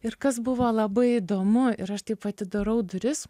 ir kas buvo labai įdomu ir aš taip atidarau duris